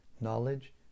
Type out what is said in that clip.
knowledge